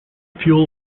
fuel